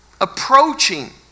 approaching